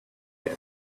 that